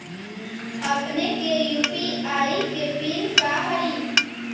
अपने के यू.पी.आई के पिन का हई